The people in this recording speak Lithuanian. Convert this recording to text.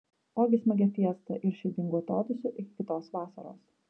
ogi smagia fiesta ir širdingu atodūsiu iki kitos vasaros